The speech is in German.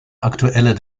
aktueller